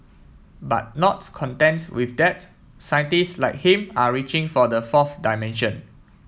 but nots contents with that scientist like him are reaching for the fourth dimension